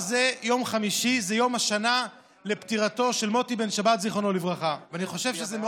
(הוראה לקבלת טיפול), התשפ"א 2020,